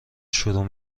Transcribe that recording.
شروع